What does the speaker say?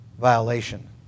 violation